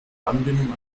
anbindung